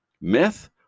Myth